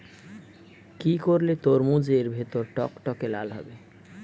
কি করলে তরমুজ এর ভেতর টকটকে লাল হবে?